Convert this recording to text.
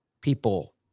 people